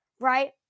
right